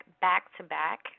back-to-back